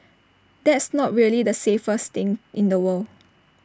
that's not really the safest thing in the world